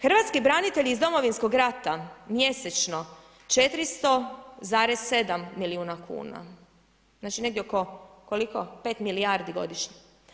Hrvatski branitelji iz Domovinskog rata mjesečno 400,7 milijuna kuna, znači negdje oko, koliko, 5 milijardi godišnje.